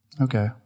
Okay